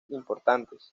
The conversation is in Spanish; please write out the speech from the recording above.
importantes